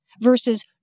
versus